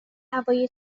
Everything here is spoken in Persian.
هوای